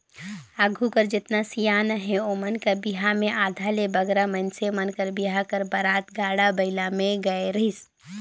आघु कर जेतना सियान अहे ओमन कर बिहा मे आधा ले बगरा मइनसे मन कर बिहा कर बरात गाड़ा बइला मे गए रहिस